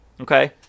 okay